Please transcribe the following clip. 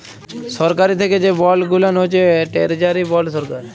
সরকারি থ্যাকে যে বল্ড গুলান হছে টেরজারি বল্ড সরকার